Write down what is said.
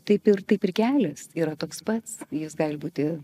taip ir taip ir kelias yra toks pats jis gali būti